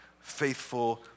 faithful